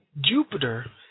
Jupiter